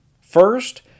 First